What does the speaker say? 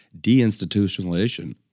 deinstitutionalization